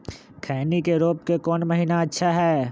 खैनी के रोप के कौन महीना अच्छा है?